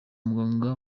muganga